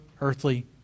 earthly